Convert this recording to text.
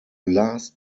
last